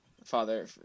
Father